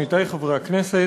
עמיתי חברי הכנסת,